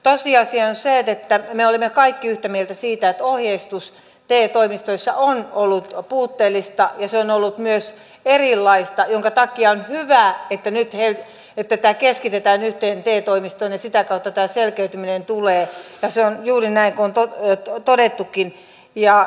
tosiasia on se että me olimme kaikki yhtä mieltä siitä että ohjeistus te toimistoissa on ollut puutteellista ja se on ollut myös erilaista minkä takia on hyvä että nyt tämä keskitetään yhteen te toimistoon ja sitä kautta tämä selkeytyminen tulee ja se on juuri näin kuin on todettukin